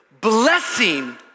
Blessing